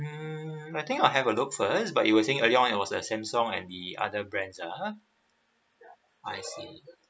mm I think I have a look first but you were saying earlier on it was the Samsung and the other brand ah I see